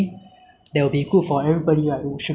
uh also like a lot of old people rely on this kind of